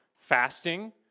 fasting